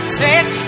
take